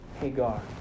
Hagar